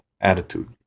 attitude